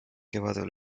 kevadel